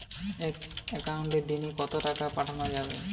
এক একাউন্টে দিনে কতবার টাকা পাঠানো যাবে?